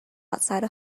outside